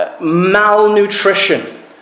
Malnutrition